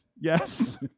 Yes